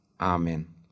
Amen